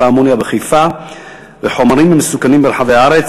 האמוניה בחיפה וחומרים מסוכנים ברחבי הארץ,